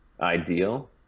ideal